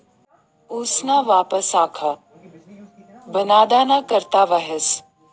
ऊसना वापर साखर बनाडाना करता व्हस